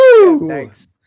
Thanks